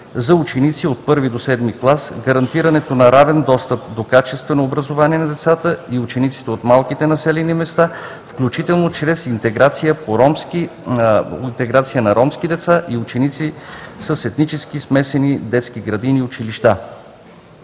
за учениците от I до VII клас; гарантирането на равен достъп до качествено образование на децата и учениците от малките населени места, включително чрез интеграция на ромски деца и ученици в етнически смесени детски градини и училища.